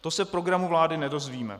To se v programu vlády nedozvíme.